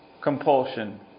compulsion